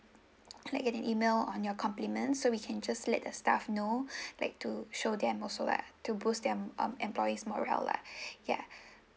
write an email on your compliments so we can just let a staff know like to show them also like to boost their um employees morale lah ya